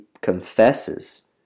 confesses